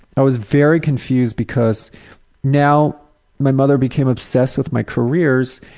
i was very confused because now my mother became obsessed with my careers,